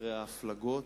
ואחר ההפלגות.